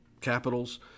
capitals